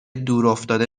دورافتاده